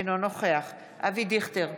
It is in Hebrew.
אינו נוכח אבי דיכטר,